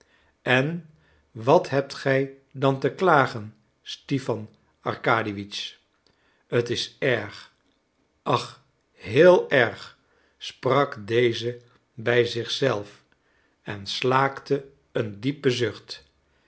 en wat hebt gij dan te klagen stipan arkadiewitsch t is erg ach heel erg sprak deze bij zich zelf en slaakte een diepe zucht